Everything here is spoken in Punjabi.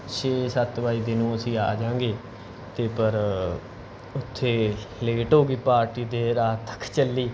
ਛੇ ਸੱਤ ਵਜਦੇ ਨੂੰ ਅਸੀਂ ਆ ਜਾਵਾਂਗੇ ਅਤੇ ਪਰ ਉੱਥੇ ਲੇਟ ਹੋ ਗਈ ਪਾਰਟੀ ਦੇਰ ਰਾਤ ਤੱਕ ਚੱਲੀ